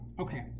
okay